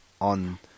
on